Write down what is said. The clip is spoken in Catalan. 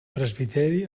presbiteri